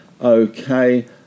okay